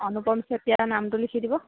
অনুপম চেতিয়া নামটো লিখি দিব